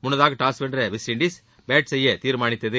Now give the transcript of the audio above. முன்னதாக டாஸ் வென்ற West Indies bat செய்ய தீர்மானித்தது